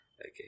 Okay